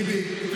חבר הכנסת טיבי.